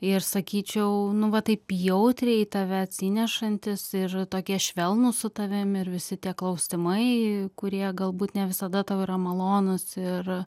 ir sakyčiau nu va taip jautriai į tave atsinešantys ir tokie švelnūs su tavim ir visi tie klausimai kurie galbūt ne visada tau yra malonūs ir